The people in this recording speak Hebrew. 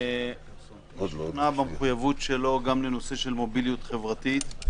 אני משוכנע במחויבות שלו גם לנושא של מוביליות חברתית.